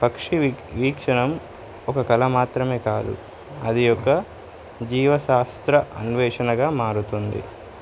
పక్షి వీక్షణం ఒక కళ మాత్రమే కాదు అది ఒక జీవశాస్త్ర అన్వేషణగా మారుతుంది